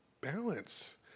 balance